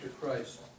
Christ